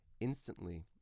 Instantly